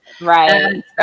Right